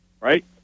right